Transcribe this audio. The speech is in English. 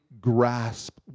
grasp